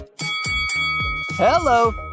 Hello